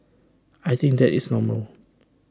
I think that is normal